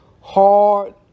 Hard